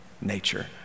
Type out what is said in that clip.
nature